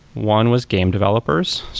one was game developers,